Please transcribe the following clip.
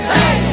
Hey